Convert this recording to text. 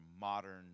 modern